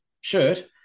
shirt